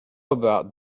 about